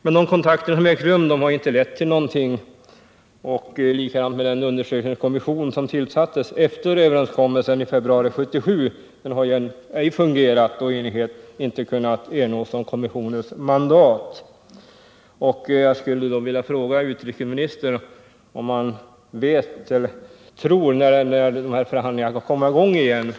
De kontakter som ägt rum har dock intelett till någonting, och den undersökningskommission som tillsattes efter överenskommelsen i februari 1977 har ej fungerat, då enighet inte kunnat ernås om kommissionens mandat. Jag skulle därför vilja fråga utrikesministern, när han tror att förhandlingarna kan komma i gång igen.